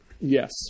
Yes